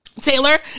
Taylor